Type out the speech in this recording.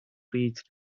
reached